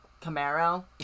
Camaro